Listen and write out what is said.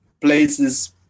places